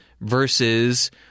versus